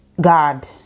God